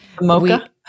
Mocha